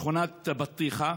שכונת בטיחה,